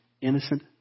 innocent